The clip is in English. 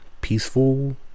peaceful